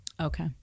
okay